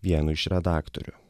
vienu iš redaktorių